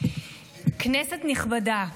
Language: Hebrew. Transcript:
כנסת נכבדה,